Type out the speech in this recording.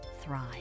thrive